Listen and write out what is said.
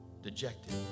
dejected